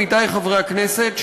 עמיתי חברי הכנסת,